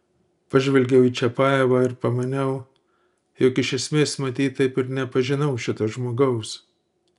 pažvelgiau į čiapajevą ir pamaniau jog iš esmės matyt taip ir nepažinau šito žmogaus